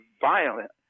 violent